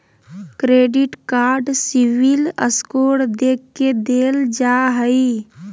credit card CIBIL score देख के देल जा हइ